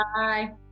Bye